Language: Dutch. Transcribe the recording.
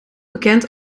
bekend